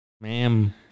Ma'am